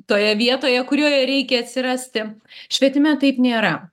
toje vietoje kurioje reikia atsirasti švietime taip nėra